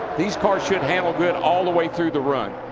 these cars should handle good all the way through the run.